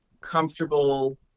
comfortable